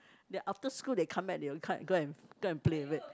then after school they come back they will come and go and go and play with it